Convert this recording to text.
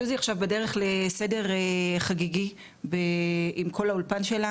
סוזי עכשיו בדרך לסדר חגיגי עם כל האולפן שלנו,